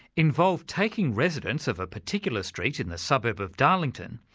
involved taking residents of a particular street in the suburb of darlington,